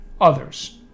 others